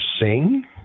sing